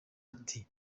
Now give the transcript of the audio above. ati